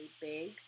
big